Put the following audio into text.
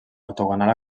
ortogonal